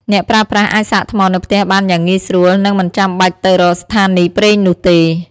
អ្នកប្រើប្រាស់អាចសាកថ្មនៅផ្ទះបានយ៉ាងងាយស្រួលនិងមិនចាំបាច់ទៅរកស្ថានីយ៍ប្រេងនោះទេ។